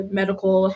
medical